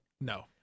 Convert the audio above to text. No